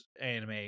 anime